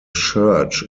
church